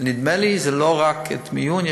נדמה לי שזה לא רק מיון,